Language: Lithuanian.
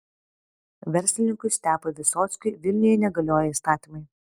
verslininkui stepui visockiui vilniuje negalioja įstatymai